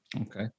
Okay